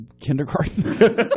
Kindergarten